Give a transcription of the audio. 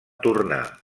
tornar